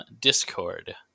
Discord